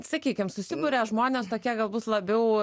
sakykim susiburia žmonės tokie galbūt labiau